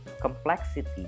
complexity